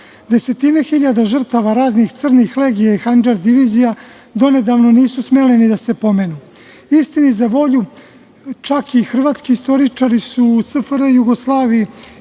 Desetine hiljada žrtava raznih crnih legija i Handžar divizija donedavno nisu smeli ni da se pomenu. Istini za volju, čak i hrvatski istoričari su u SFR Jugoslaviji